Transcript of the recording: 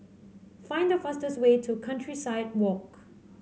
find the fastest way to Countryside Walk